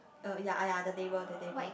uh ya ah ya the table the table